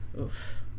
oof